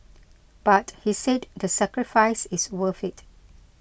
but he said the sacrifice is worth it